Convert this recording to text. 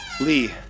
Lee